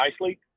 nicely